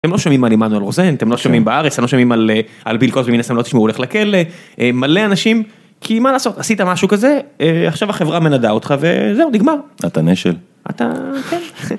אתם לא שמעים על עמנואל רוזן אתם לא שומעים בארץ אתם לא שומעים על ביל קוסבי מן הסתם לא תשמעו הולך לכלא. מלא אנשים. כי מה לעשות עשית משהו כזה עכשיו החברה מנדה אותך וזהו נגמר אתה נשל.